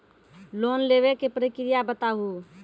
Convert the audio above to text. Loan लेवे के प्रक्रिया बताहू?